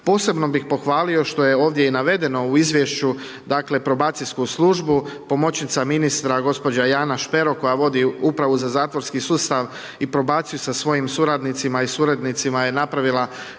Posebno bih pohvalio, što je ovdje i navedeno u izvješću, dakle, probacijsku službu, pomoćnica ministra, gđa. Jana Špero koja vodi Upravu za zatvorski sustav i probaciju sa svojim suradnicima i s urednicima je napravila